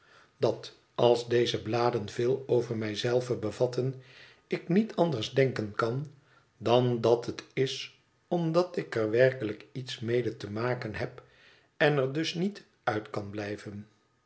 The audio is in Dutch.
dat als deze bladen veel over mij zelve bevatten ik niet anders denken kan dan dat het is omdat ik er werkelijk iets mede te maken heb en er dus niet uit kan blijven